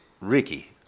Ricky